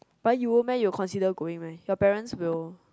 but you will meh you consider going meh your parents will